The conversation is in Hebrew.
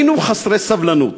היינו חסרי סבלנות.